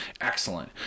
excellent